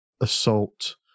assault